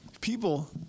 people